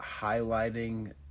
highlighting